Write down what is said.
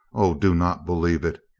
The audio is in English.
o, do not believe it.